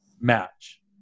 match